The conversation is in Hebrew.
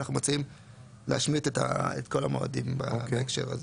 אנחנו מציעים להשמיט את כל המועדים בהקשר הזה.